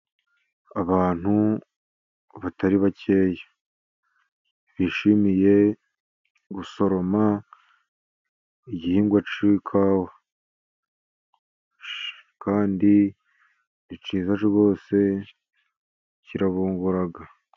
Abantu batari bakeya bishimiye gusoroma igihingwa cy'ikawa. Kandi ni cyiza rwose kirabungura.